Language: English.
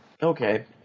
Okay